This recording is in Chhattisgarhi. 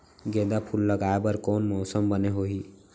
गेंदा फूल लगाए बर कोन मौसम बने होही?